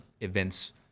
events